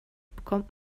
bekommt